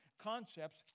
concepts